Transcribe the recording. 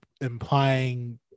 implying